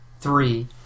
three